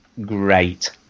great